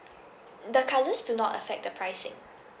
the colours do not affect the pricing